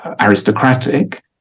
aristocratic